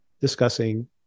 discussing